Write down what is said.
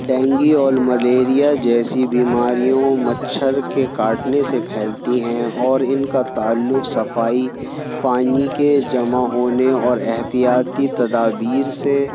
dengue اور malaria جیسی بیماریوں مچھر کے کاٹنے سے پھیلتی ہیں اور ان کا تعلق صفائی پانی کے جمع ہونے اور احتیاطی تدابیر سے